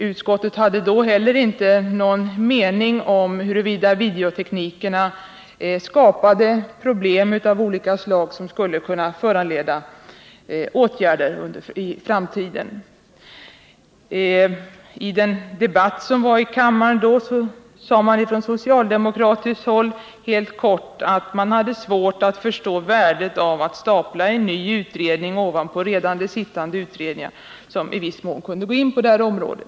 Utskottet hade då heller inte någon mening om huruvida videotekniken skapade problem av olika slag som borde föranleda åtgärder i framtiden. I den debatt som fördes i kammaren sade man från socialdemokratiskt håll helt kort att man hade svårt att förstå värdet av att stapla en ny utredning ovanpå redan sittande utredningar, som i viss mån kunde gå in på detta område.